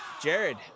Jared